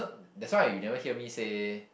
that's why you never hear me say